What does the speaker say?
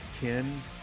Ken